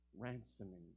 ransoming